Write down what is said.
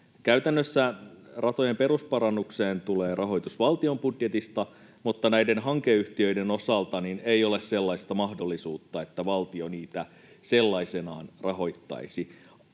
Käytännössä ratojen perusparannukseen tulee rahoitus valtion budjetista, mutta näiden hankeyhtiöiden osalta ei ole sellaista mahdollisuutta, että valtio niitä sellaisenaan rahoittaisi.